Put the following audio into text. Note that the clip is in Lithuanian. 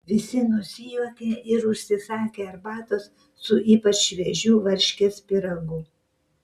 visi nusijuokė ir užsisakė arbatos su ypač šviežiu varškės pyragu